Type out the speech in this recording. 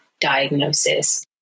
diagnosis